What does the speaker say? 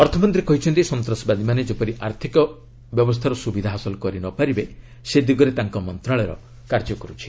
ଅର୍ଥମନ୍ତ୍ରୀ କହିଛନ୍ତି ସନ୍ତାସବାଦୀମାନେ ଯେପରି ଆର୍ଥକ ବ୍ୟବସ୍ଥାର ସ୍ରବିଧା ହାସଲ କରି ନ ପାରିବେ ସେ ଦିଗରେ ତାଙ୍କ ମନ୍ତ୍ରଣାଳୟ କାର୍ଯ୍ୟ କର୍ଛି